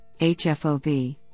HFOV